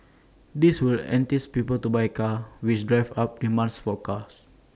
this will entice people to buy A car which drives up demands for cars